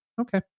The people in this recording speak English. Okay